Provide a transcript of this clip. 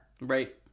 Right